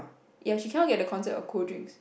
ya she cannot get the concept of cold drinks